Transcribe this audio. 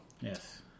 Yes